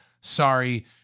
sorry